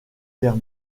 guerre